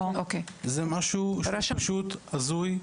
זה משהו הזוי.